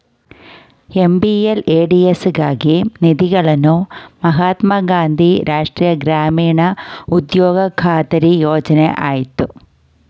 MPLADS ಗಾಗಿ ನಿಧಿಗಳನ್ನು ಮಹಾತ್ಮ ಗಾಂಧಿ ರಾಷ್ಟ್ರೀಯ ಗ್ರಾಮೀಣ ಉದ್ಯೋಗ ಖಾತರಿ ಯೋಜ್ನ ಆಯ್ತೆ